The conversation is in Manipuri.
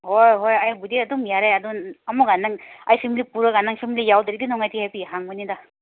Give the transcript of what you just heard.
ꯍꯣꯏ ꯍꯣꯏ ꯑꯩꯕꯨꯗꯤ ꯑꯗꯨꯝ ꯌꯥꯔꯦ ꯑꯗꯣ ꯑꯃꯨꯛꯀ ꯅꯪ ꯑꯩ ꯐꯦꯃꯤꯂꯤ ꯄꯨꯔꯒ ꯅꯪ ꯐꯦꯃꯤꯂꯤ ꯌꯥꯎꯗ꯭ꯔꯗꯤ ꯅꯨꯡꯉꯥꯏꯇꯦ ꯑꯗꯨꯒꯤ ꯍꯪꯕꯅꯤꯗ